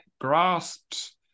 grasped